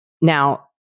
now